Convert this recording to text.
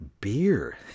beer